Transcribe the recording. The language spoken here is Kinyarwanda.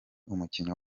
umukinnyi